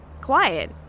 quiet